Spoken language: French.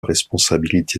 responsabilité